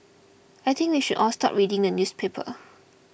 I think we should all stop reading the newspaper